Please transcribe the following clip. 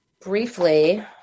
briefly